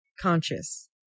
conscious